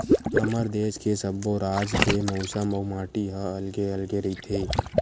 हमर देस के सब्बो राज के मउसम अउ माटी ह अलगे अलगे रहिथे